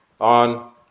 on